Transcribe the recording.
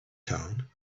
town